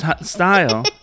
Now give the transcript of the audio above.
style